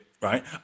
right